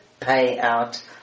payout